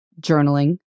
journaling